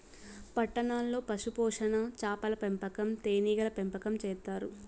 పట్టణాల్లో పశుపోషణ, చాపల పెంపకం, తేనీగల పెంపకం చేత్తారు